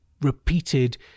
repeated